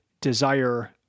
desire